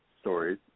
stories